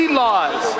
laws